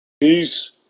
Peace